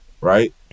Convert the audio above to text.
right